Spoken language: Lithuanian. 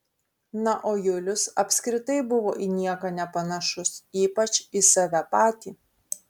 na o julius apskritai buvo į nieką nepanašus ypač į save patį